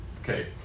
Okay